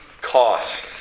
cost